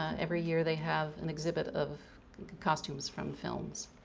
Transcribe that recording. every year they have an exhibit of costumes from films.